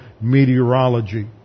meteorology